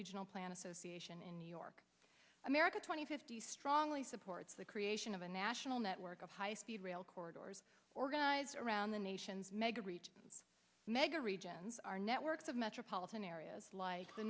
regional planning association in new york america twenty fifty strongly supports the creation of a national network of high speed rail corridors organize around the nation's mega reach mega regions our networks of metropolitan areas like the